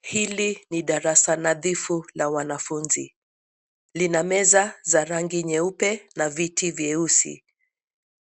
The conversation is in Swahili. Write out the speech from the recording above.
Hili ni darasa nadhifu la wanafunzi. Lina meza za rangi nyeupe na viti vyeusi.